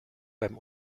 beim